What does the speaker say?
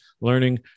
learning